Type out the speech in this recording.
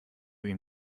ihm